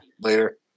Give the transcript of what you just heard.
later